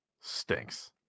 Stinks